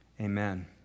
Amen